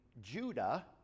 Judah